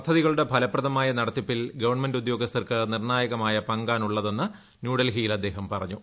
പദ്ധതികളുടെ ഫലപ്രദമായ നടത്തിപ്പിൽ ഗവൺമെന്റ് ഉദ്യോഗസ്ഥർക്ക് നിർണ്ണായക പങ്കാണുള്ളതെന്ന് ന്യൂഡൽഹിയിൽ അദ്ദേഹം പറഞ്ഞു